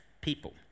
people